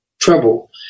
trouble